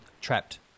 trapped